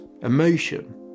emotion